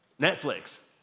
Netflix